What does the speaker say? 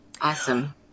awesome